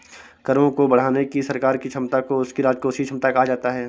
करों को बढ़ाने की सरकार की क्षमता को उसकी राजकोषीय क्षमता कहा जाता है